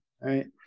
Right